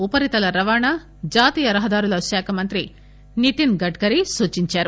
ఉపరితల రవాణా జాతీయ రహదారుల శాఖ మంత్రి నితిన్ గడ్కరీ సూచించారు